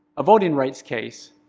a voting rights case,